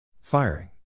Firing